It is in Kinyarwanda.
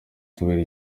kubera